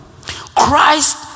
Christ